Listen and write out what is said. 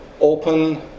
open